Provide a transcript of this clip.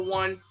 one